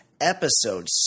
Episode